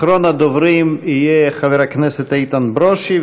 אחרון הדוברים יהיה חבר הכנסת איתן ברושי.